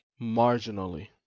Marginally